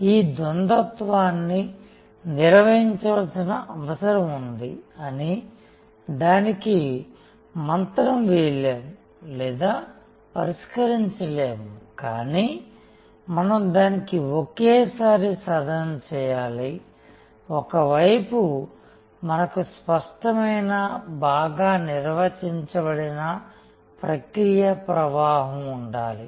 ఈ ద్వంద్వత్వాన్ని నిర్వహించాల్సిన అవసరం ఉంది అని దానికి మంత్రం వేయలేము లేదా పరిష్కరించలేము కానీ మనం దానిని ఒకేసారి సాధన చేయాలి ఒక వైపు మనకు స్పష్టమైన బాగా నిర్వచించబడిన ప్రక్రియ ప్రవాహం ఉండాలి